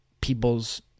people's